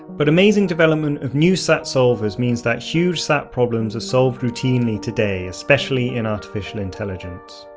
but amazing development of new sat solvers means that huge sat problems are solved routinely today especially in artificial intelligence.